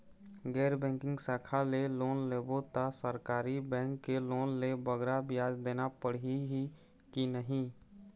गैर बैंकिंग शाखा ले लोन लेबो ता सरकारी बैंक के लोन ले बगरा ब्याज देना पड़ही ही कि नहीं?